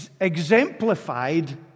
Exemplified